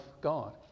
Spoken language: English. God